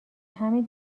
همین